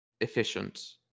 efficient